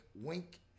wink